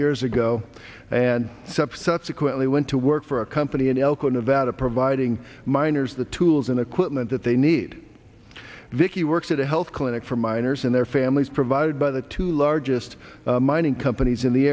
years ago and sub subsequently went to work for a company in elko nevada providing miners the tools and equipment that they need vicki works at a health clinic for miners and their families provided by the two largest mining companies in the